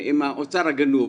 האוצר הגנוב.